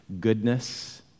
goodness